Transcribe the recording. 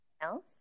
else